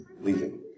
leaving